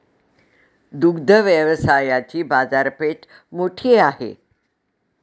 दुग्ध व्यवसायाची बाजारपेठ मोठी आहे